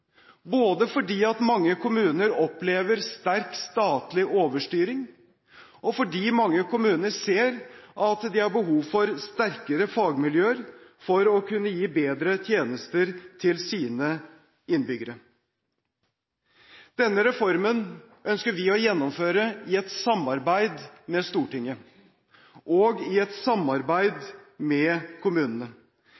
både fordi mange kommuner opplever sterk statlig overstyring, og fordi mange kommuner ser at de har behov for sterkere fagmiljøer for å kunne gi bedre tjenester til sine innbyggere. Denne reformen ønsker vi å gjennomføre i et samarbeid med Stortinget og i et samarbeid